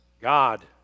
God